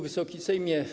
Wysoki Sejmie!